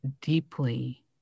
deeply